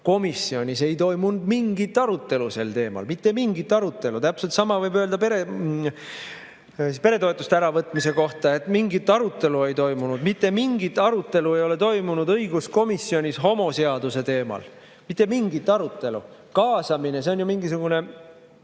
Komisjonis ei toimunud mingit arutelu sel teemal, mitte mingit arutelu. Täpselt sama võib öelda peretoetuste äravõtmise kohta – mingit arutelu ei toimunud. Mitte mingit arutelu ei ole toimunud õiguskomisjonis homoseaduse teemal, mitte mingit arutelu! Kaasamine, see on ju mingisugune,